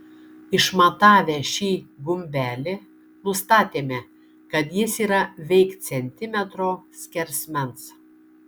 išmatavę šį gumbelį nustatėme kad jis yra veik centimetro skersmens